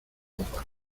popa